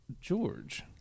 George